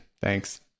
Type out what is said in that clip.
Thanks